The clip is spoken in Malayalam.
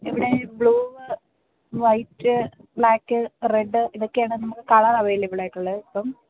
ഇവിടെ ബ്ലൂ വൈറ്റ് ബ്ലാക്ക് റെഡ് ഇതൊക്കെ ആണ് നമ്മൾ കളർ അവൈലബിളായിട്ടുള്ളത് അപ്പം